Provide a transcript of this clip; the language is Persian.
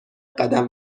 قدم